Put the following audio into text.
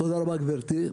תודה רבה, גברתי.